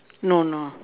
no no